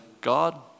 God